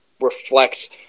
reflects